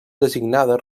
designada